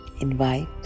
invite